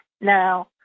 Now